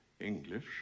English